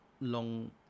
long